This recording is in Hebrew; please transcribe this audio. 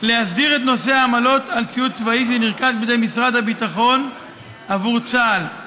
להסדיר את נושא העמלות על ציוד צבאי שנרכש בידי משרד הביטחון עבור צה"ל.